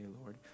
Lord